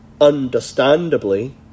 Understandably